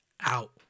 out